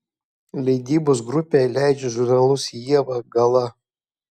leidybos grupė leidžia žurnalus ieva gala